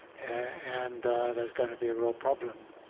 and there's going to be a real problem,